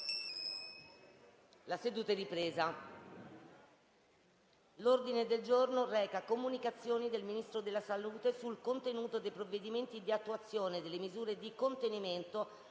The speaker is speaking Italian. una nuova finestra"). L'ordine del giorno reca: «Comunicazioni del Ministro della salute sul contenuto dei provvedimenti di attuazione delle misure di contenimento